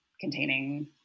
containing